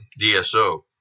DSO